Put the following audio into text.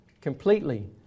completely